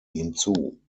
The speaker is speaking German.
hinzu